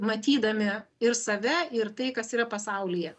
matydami ir save ir tai kas yra pasaulyje